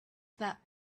that